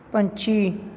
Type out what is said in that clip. ਪੰਛੀ